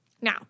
Now